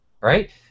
Right